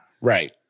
Right